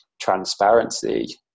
transparency